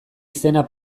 izena